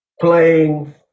playing